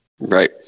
Right